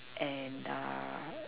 and uh